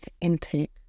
intake